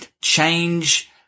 change